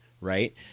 Right